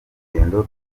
urugendo